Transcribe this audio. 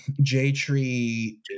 J-Tree